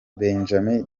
benjamin